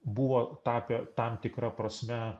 buvo tapę tam tikra prasme